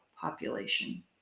population